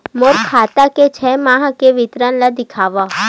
मोर खाता के छः माह के विवरण ल दिखाव?